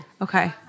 Okay